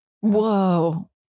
Whoa